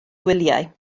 gwyliau